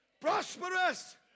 Prosperous